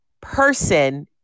person